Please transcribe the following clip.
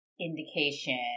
indication